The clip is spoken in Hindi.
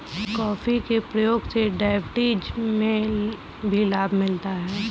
कॉफी के प्रयोग से डायबिटीज में भी लाभ मिलता है